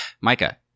Micah